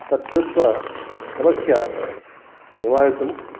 तत्कृत्वा समस्या निवारितुं